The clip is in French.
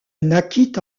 naquit